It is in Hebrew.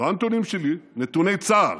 לא הנתונים שלי, נתוני צה"ל,